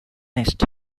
nest